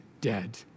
dead